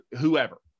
whoever